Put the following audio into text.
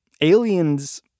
aliens